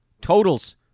Totals